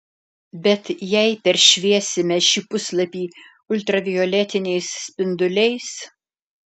bet jei peršviesime šį puslapį ultravioletiniais spinduliais